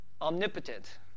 omnipotent